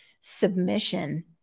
submission